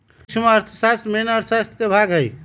सूक्ष्म अर्थशास्त्र मेन अर्थशास्त्र के भाग हई